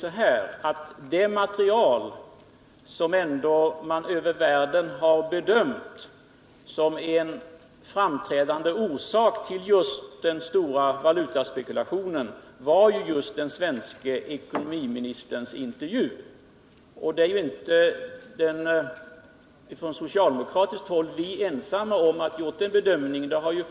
Över hela världen har man gjort den bedömningen att en betydande orsak till den stora valutaspekulationen var just intervjun med den svenska ekonomiministern. Vi är på socialdemokratiskt håll inte ensamma om att ha gjort den bedömningen.